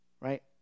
Right